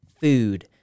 food